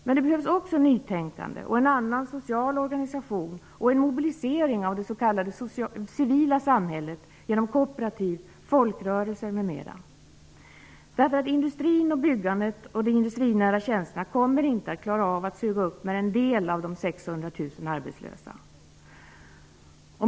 Men det behövs också nytänkande, en annan social organisation och en mobilisering av det s.k. civila samhället genom kooperativ, folkrörelser, m.m. Industrin, byggandet och de industrinära tjänsterna kommer nämligen inte att klara av att suga upp mer än en del av de 600 000 arbetslösa.